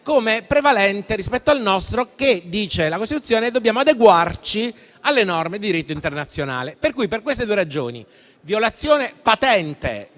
come prevalente rispetto al nostro. Dice la Costituzione che dobbiamo adeguarci alle norme di diritto internazionale. Per queste due ragioni, la violazione patente